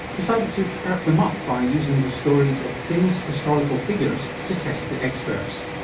decided to perk them up by using the stories of famous historical figures to test the experts.